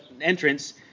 entrance